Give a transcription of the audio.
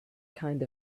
kind